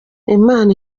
imana